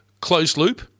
closed-loop